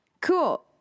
Cool